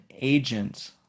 agent